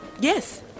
Yes